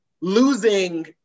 losing